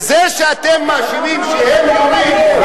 וזה שאתם מאשימים שהם יורים,